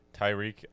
Tyreek